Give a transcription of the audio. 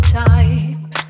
type